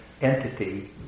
entity